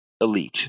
elite